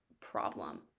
problem